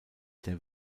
der